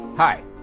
Hi